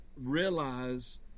realize